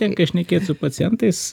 tenka šnekėt su pacientais